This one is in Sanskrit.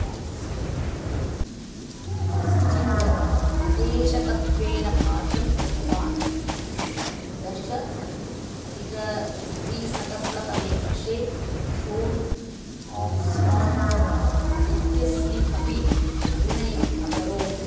कान्स् कास्टिङ्ग् निदेशकत्वेन कार्यं कृतवान् दश अति अधिक द्विसहस्रतमे वर्षे सोल् आफ़् स्याण्ड् इत्यस्मिन् अपि अभिनयम् अकरोत्